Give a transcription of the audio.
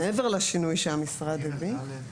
מעבר לשינוי שהמשרד הביא.